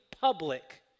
public